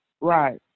Right